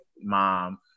mom